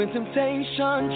temptation